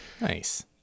nice